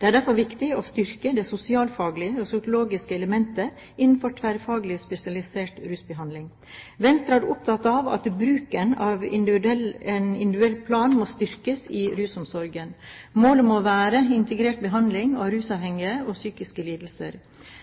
Det er derfor viktig å styrke det sosialfaglige og psykologiske elementet innenfor tverrfaglig spesialisert rusbehandling. Venstre er opptatt av at bruken av en individuell plan må styrkes i rusomsorgen. Målet må være integrert behandling av rusavhengighet og psykiske lidelser.